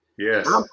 Yes